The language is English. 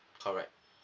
correct